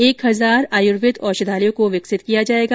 एक हजार आयुर्वेद औषधालयों को विकसित किया जाएगा